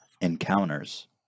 encounters